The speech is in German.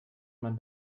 man